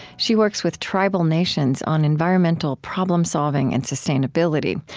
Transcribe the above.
she works with tribal nations on environmental problem-solving and sustainability.